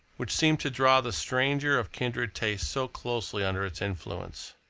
which seemed to draw the stranger of kindred tastes so closely under its influence.